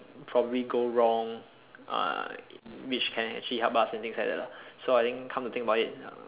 probably go wrong uh which can actually help us in things like that lah so I think come to think about it